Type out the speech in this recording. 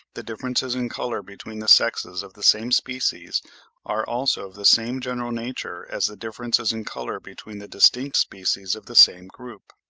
the differences in colour between the sexes of the same species are, also, of the same general nature as the differences in colour between the distinct species of the same group.